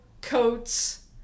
coats